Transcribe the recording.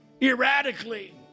erratically